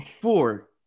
Four